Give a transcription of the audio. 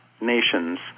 nations